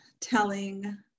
telling